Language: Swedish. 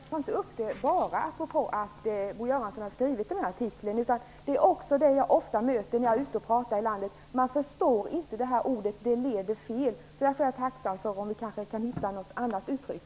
Fru talman! Jag vill understryka att jag inte tar upp detta bara apropå att Bo Göransson har skrivit den här artikeln. Orsaken är också det jag ofta möter när jag är ute och pratar i landet: Man förstår inte det här ordet. Det leder fel. Därför är jag tacksam om vi kanske kan hitta något annat uttryck.